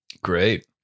Great